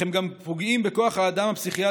אך הם פוגעים גם בכוח האדם הפסיכיאטרי